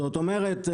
זאת אומרת,